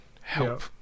help